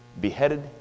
beheaded